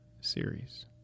series